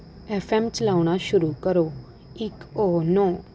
F M ਚਲਾਉਣਾ ਸ਼ੁਰੂ ਕਰੋ ਇੱਕ ਓ ਨੌ